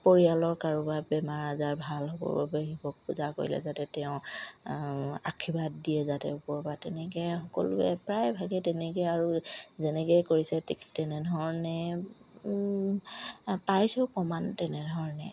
পৰিয়ালৰ কাৰোবাৰ বেমাৰ আজাৰ ভাল হ'বৰ বাবে শিৱক পূজা কৰিলে যাতে তেওঁ আশীৰ্বাদ দিয়ে যাতে ওপৰৰ পৰা তেনেকে সকলোৱে প্ৰায়ভাগে তেনেকে আৰু যেনেকে কৰিছে তেনেধৰণে পাইছেও প্ৰমাণ তেনেধৰণে